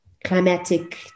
Climatic